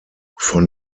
von